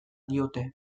diote